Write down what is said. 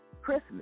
Christmas